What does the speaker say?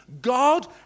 God